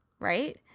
right